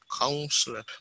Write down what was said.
Counselor